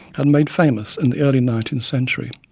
had made famous in the early nineteenth century.